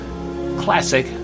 classic